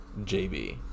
JB